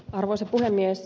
arvoisa puhemies